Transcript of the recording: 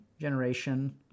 generation